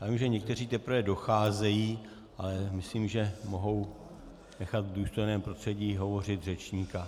Vím, že někteří teprve docházejí, ale myslím, že mohou nechat v důstojném prostředí hovořit řečníka.